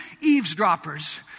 eavesdroppers